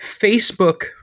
Facebook